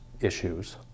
issues